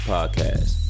Podcast